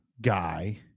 guy